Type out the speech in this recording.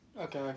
Okay